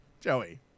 Joey